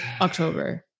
october